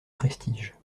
prestige